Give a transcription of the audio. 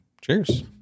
Cheers